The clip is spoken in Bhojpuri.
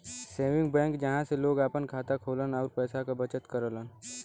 सेविंग बैंक जहां लोग आपन खाता खोलन आउर पैसा क बचत करलन